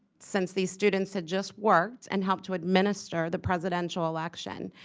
since these students had just worked and helped to administer the presidential election.